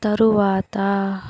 తరువాత